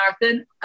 marathon